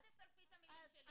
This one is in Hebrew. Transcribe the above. אל תסלפי את המילים שלי.